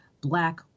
Black